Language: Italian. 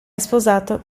sposato